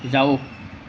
যাওক